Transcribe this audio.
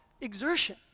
exertion